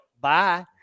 bye